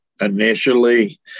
initially